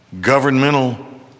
governmental